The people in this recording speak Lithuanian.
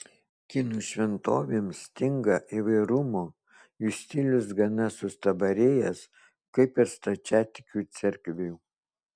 kinų šventovėms stinga įvairumo jų stilius gana sustabarėjęs kaip ir stačiatikių cerkvių